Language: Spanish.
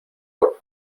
por